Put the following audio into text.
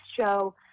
show